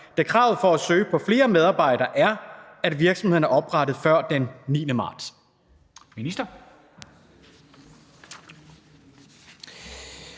da kravet for at søge på flere medarbejdere er, at virksomheden er oprettet før den 9. marts?